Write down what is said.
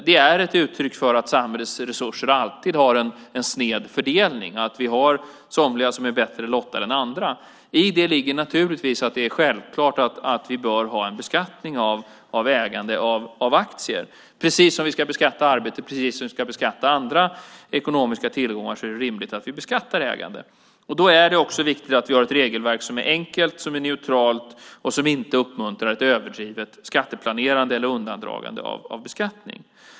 Det är ett uttryck för att samhällets resurser alltid har en sned fördelning, att somliga är bättre lottade än andra. I detta ligger naturligtvis det självklara att vi bör ha en beskattning av ägande och av aktier. Precis som vi ska beskatta arbete och andra ekonomiska tillgångar är det rimligt att beskatta ägandet. Då är det också viktigt att vi har ett regelverk som är enkelt, neutralt och inte uppmuntrar ett överdrivet skatteplanerande eller undandragande av beskattning.